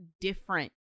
different